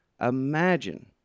imagine